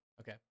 Okay